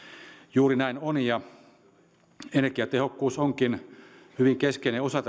juuri näin on ja energiatehokkuus onkin hyvin keskeinen osa